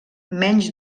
menys